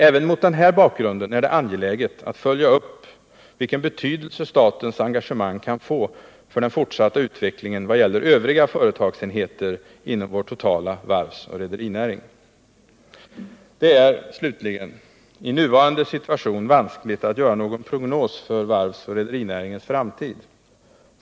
Även mot den här bakgrunden är det angeläget att följa upp vilken betydelse statens engage mang kan få för den fortsatta utvecklingen vad gäller övriga företagsenheter inom vår totala varvsoch rederinäring. Det är i nuvarande situation vanskligt att göra någon prognos för varvsoch rederinäringens framtid.